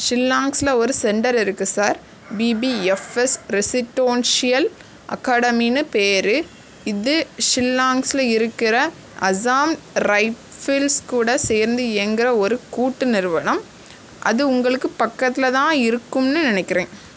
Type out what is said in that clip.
ஷில்லாங்ஸில் ஒரு சென்டர் இருக்குது sir BPFS presidential அகாடமினு பேயரு இது ஷில்லாங்ஸில் இருக்கிற அஸ்ஸாம் ரைஃபில்ஸ் கூட சேர்ந்து இயங்கிற ஒரு கூட்டு நிறுவனம் அது உங்களுக்கு பக்கத்தில் தான் இருக்கும்னு நினக்கிறேன்